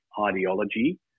ideology